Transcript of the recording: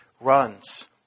runs